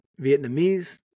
Vietnamese